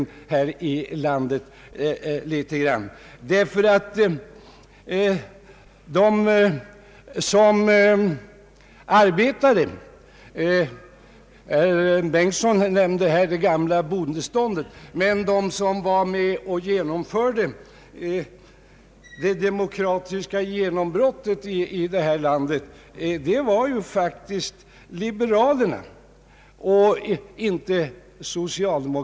De som var med och genomförde det demokratiska genombrottet i Sverige var faktiskt liberaler och inte socialdemokrater. Herr Bengtson nämnde det gamla bondeståndet, men det var som sagt liberalerna som gjorde det.